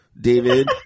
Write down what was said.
David